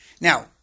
Now